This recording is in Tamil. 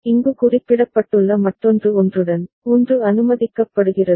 இங்கு குறிப்பிடப்பட்டுள்ள மற்றொன்று ஒன்றுடன் ஒன்று அனுமதிக்கப்படுகிறது